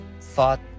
thought